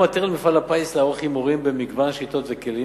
מפעל הפיס מפעיל שיטות שונות של הימורים,